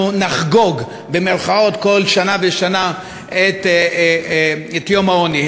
אנחנו "נחגוג" בכל שנה ושנה את יום העוני.